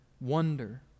wonder